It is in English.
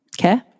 okay